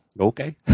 Okay